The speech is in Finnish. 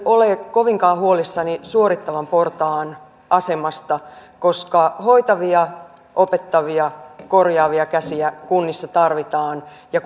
ole kovinkaan huolissani suorittavan portaan asemasta koska hoitavia opettavia korjaavia käsiä kunnissa tarvitaan ja